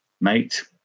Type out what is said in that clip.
mate